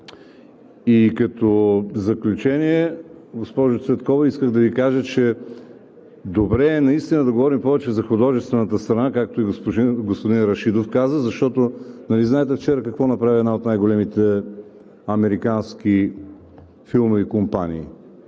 И като заключение, госпожо Цветкова, искам да Ви кажа, че е добре наистина да говорим повече за художествената страна, както и господин Рашидов каза, защото нали знаете вчера какво направи една от най-големите американски филмови компании?